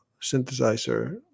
synthesizer